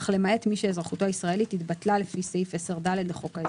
אך למעט מי שאזרחותו הישראלית התבטלה לפי סעיף 10(ד) לחוק האזרחות".